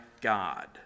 God